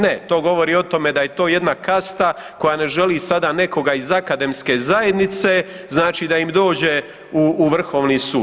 Ne, to govori o tome da je to jedna kasta koja ne želi sada nekoga iz akademske zajednice, znači da im dođe u vrhovni sud.